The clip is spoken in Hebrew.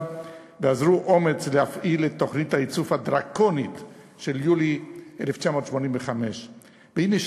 ואזרו אומץ להפעיל את תוכנית הייצוב הדרקונית של יולי 1985. והנה,